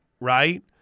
right